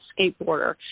skateboarder